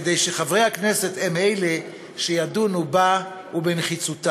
כדי שחברי הכנסת הם אלה שידונו בה ובנחיצותה.